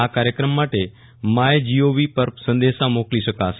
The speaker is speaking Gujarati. આ કાર્યક્રમ માટે માય જીઓવી પર પણ સંદેશાં મોકલી શકાશે